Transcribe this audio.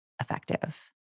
effective